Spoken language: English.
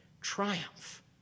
triumph